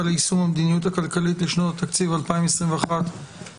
ליישום המדיניות הכלכלית לשנות התקציב 2021 ו-2022),